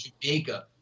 Jamaica